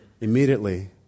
immediately